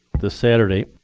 this saturday.